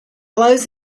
flows